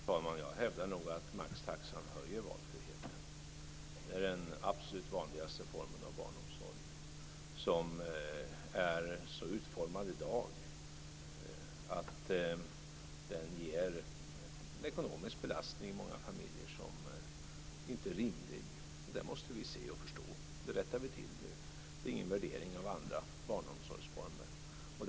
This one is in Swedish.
Fru talman! Jag hävdar nog att maxtaxan ökar valfriheten. Det är den absolut vanligaste formen av barnomsorgen, som är så utformad i dag att den ger en ekonomisk belastning i många familjer som inte är rimlig, och det måste vi se och förstå. Det rättar vi till nu. Det är ingen värdering av andra barnomsorgsformer.